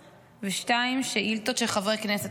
ל-902 שאילתות של חברי כנסת,